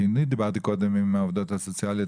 כי כשאני דיברתי קודם עם העובדות הסוציאליות